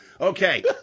Okay